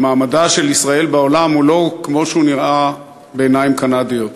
מעמדה של ישראל בעולם הוא לא כמו שהוא נראה בעיניים קנדיות.